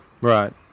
right